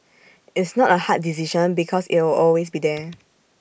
it's not A hard decision because it'll always be there